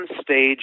stage